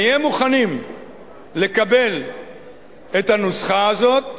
נהיה מוכנים לקבל את הנוסחה הזאת